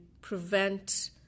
prevent